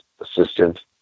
assistant